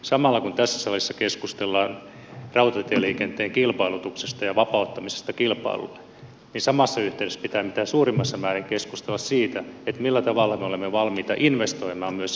eli kun tässä salissa keskustellaan rautatieliikenteen kilpailutuksesta ja vapauttamisesta kilpailulle pitää samassa yhteydessä mitä suurimmassa määrin keskustella siitä millä tavalla me olemme valmiita investoimaan myös sitten rataverkkoon